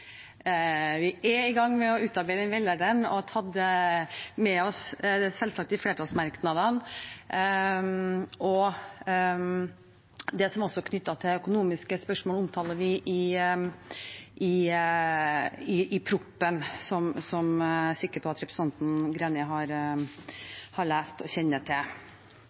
Vi er i gang med å utarbeide veilederen og har selvsagt tatt med oss flertallsmerknadene, og det som er knyttet til økonomiske spørsmål, omtaler vi i proposisjonen, som jeg er sikker på at representanten Greni har lest og kjenner til.